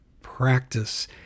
practice